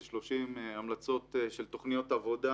זה 30 המלצות של תוכניות עבודה,